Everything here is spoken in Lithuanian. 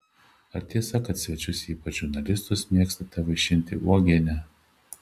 ar tiesa kad svečius ypač žurnalistus mėgstate vaišinti uogiene